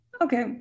okay